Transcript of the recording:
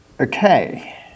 okay